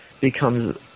becomes